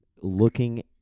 looking